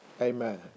Amen